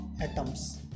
atoms